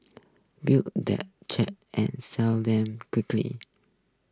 build them cheap and sell them quickly